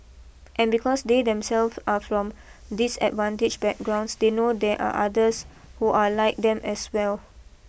and because they themselves are from disadvantaged backgrounds they know there are others who are like them as well